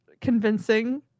convincing